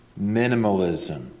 minimalism